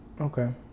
okay